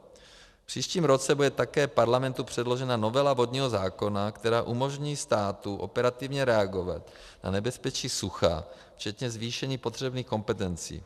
V příštím roce bude také Parlamentu předložena novela vodního zákona, která umožní státu operativně reagovat na nebezpečí sucha včetně zvýšení potřebných kompetencí.